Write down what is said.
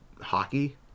Hockey